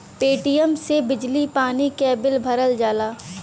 Paytm से बिजली पानी क बिल भरल जाला